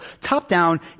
top-down